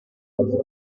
plaza